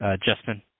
Justin